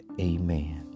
amen